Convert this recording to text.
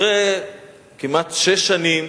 אחרי כמעט שש שנים